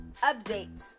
update